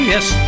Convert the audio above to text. Yes